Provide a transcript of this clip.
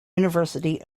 university